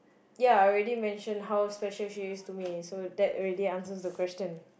ya I already mentioned how special she is to me so that already answers the question